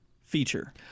feature